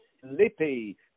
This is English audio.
Slippy